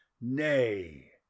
Nay